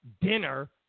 Dinner